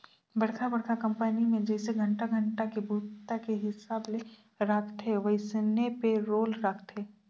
बड़खा बड़खा कंपनी मे जइसे घंटा घंटा के बूता के हिसाब ले राखथे वइसने पे रोल राखथे